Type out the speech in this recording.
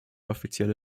offizielle